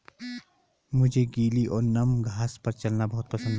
मुझे गीली और नम घास पर चलना बहुत पसंद है